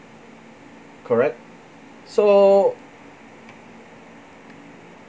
correct so